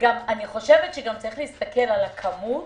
גם יש להסתכל על הכמות